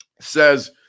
Says